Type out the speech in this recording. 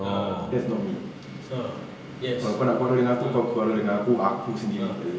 ah that's not me ah yes kalau kau nak quarrel dengan aku kau quarrel dengan aku aku sendiri